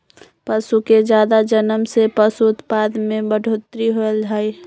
पशु के जादा जनम से पशु उत्पाद में बढ़ोतरी होलई ह